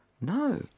No